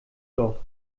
doch